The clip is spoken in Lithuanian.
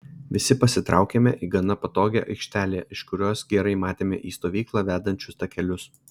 visi pasitraukėme į gana patogią aikštelę iš kurios gerai matėme į stovyklą vedančius takelius